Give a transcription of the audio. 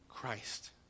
Christ